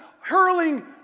hurling